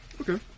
Okay